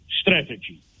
strategy